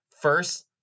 First